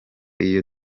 iyo